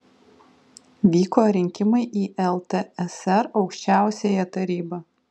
vyko rinkimai į ltsr aukščiausiąją tarybą